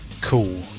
Cool